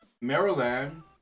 Maryland